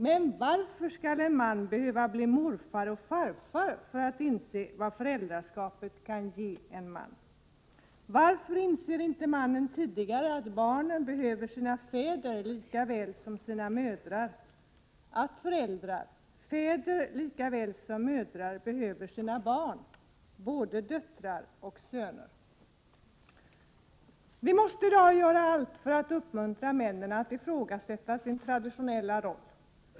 Men varför skall en man behöva bli morfar eller farfar för att inse vad föräldraskapet kan ge en man? Varför inser inte mannen tidigare att barn behöver sina fäder lika väl som sina mödrar, att föräldrar, fäder lika väl som mödrar, behöver sina barn — både döttrar och söner? Vi måste i dag göra allt för att uppmuntra männen att ifrågasätta sin traditionella roll.